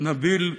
נביל,